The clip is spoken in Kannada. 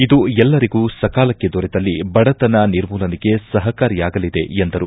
ಇದು ಎಲ್ಲರಿಗೂ ಸಕಾಲಕ್ಕೆ ದೊರೆತಲ್ಲಿ ಬಡತನ ನಿರ್ಮೂಲನೆಗೆ ಸಹಕಾರಿಯಾಗಲಿದೆ ಎಂದರು